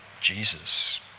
Jesus